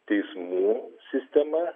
teismų sistema